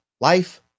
Life